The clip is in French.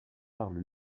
parle